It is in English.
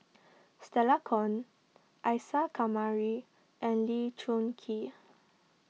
Stella Kon Isa Kamari and Lee Choon Kee